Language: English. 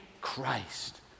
Christ